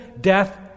death